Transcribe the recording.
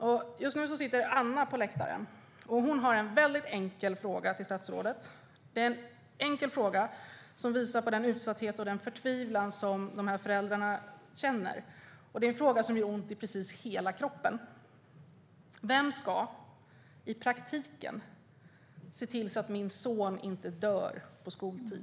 Anna sitter på läktaren här i kammarsalen. Hon har en väldigt enkel fråga till statsrådet. Det är en fråga som visar på den utsatthet och förtvivlan som de här föräldrarna känner. Och det är en fråga som gör ont i precis hela kroppen: Vem ska i praktiken se till att min son inte dör under skoltid?